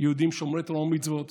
יהודים שומרי תורה ומצוות